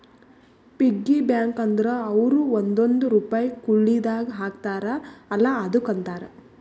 piggy bank ಅಂದುರ್ ಅವ್ರು ಒಂದೊಂದ್ ರುಪೈ ಕುಳ್ಳಿದಾಗ ಹಾಕ್ತಾರ ಅಲ್ಲಾ ಅದುಕ್ಕ ಅಂತಾರ